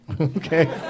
okay